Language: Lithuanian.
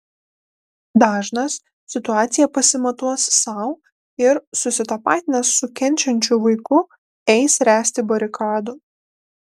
dažnas situaciją pasimatuos sau ir susitapatinęs su kenčiančiu vaiku eis ręsti barikadų